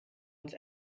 uns